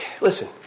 Listen